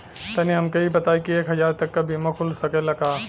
तनि हमके इ बताईं की एक हजार तक क बीमा खुल सकेला का?